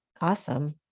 Awesome